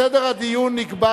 סדר הדיון נקבע